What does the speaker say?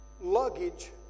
luggage